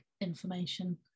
information